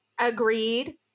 agreed